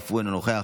אף הוא אינו נוכח,